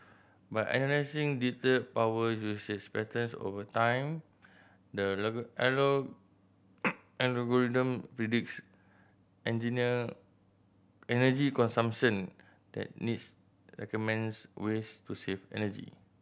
by analysing detailed power usage patterns over time the algorithm predicts engineer energy consumption that needs recommends ways to save energy